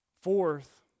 Fourth